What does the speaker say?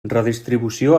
redistribució